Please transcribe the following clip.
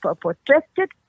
protected